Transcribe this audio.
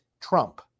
Trump